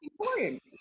important